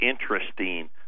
interesting